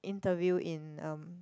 interview in um